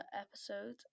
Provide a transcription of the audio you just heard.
episode